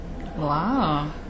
Wow